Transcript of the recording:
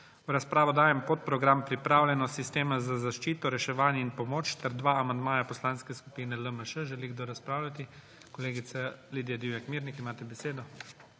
V razpravo dajem podprogram Pripravljenost sistema za zaščito, reševanje in pomoč ter dva amandmaja Poslanske skupine LMŠ. Želi kdo razpravljati? (Da.) Kolegica Lidija Divjak Mirnik, imate besedo.